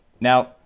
now